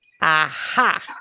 Aha